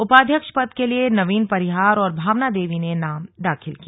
उपाध्यक्ष पद के लिए नवीन परिहार और भावना देवी ने नाम दाखिल किया